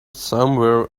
somewhere